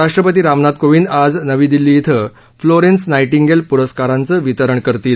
राष्ट्रपती रामनाथ कोविंद आज नवी दिल्ली ध्वे फ्लोरेन्स नाईटिंगेल प्रस्कारांचं वितरण करतील